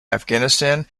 afghanistan